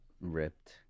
ripped